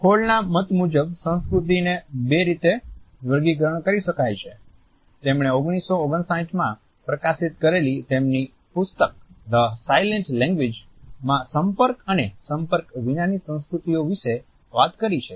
હોલના મત મુજબ સંસ્કૃતિને 2 રીતે વર્ગીકરણ કરી શકાય છે તેમણે 1959 માં પ્રકાશીત કરેલી તેમની પુસ્તક ધ સાયલન્ટ લેંગ્વેજમાં સંપર્ક અને સંપર્ક વિનાની સંસ્કૃતિઓ વિશે વાત કરી છે